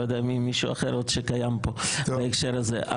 לא יודע על מישהו אחר שקיים פה בהקשר הזה.